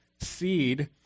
seed